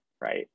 right